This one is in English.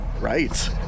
Right